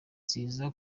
nziza